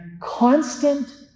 constant